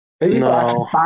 no